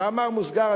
במאמר מוסגר,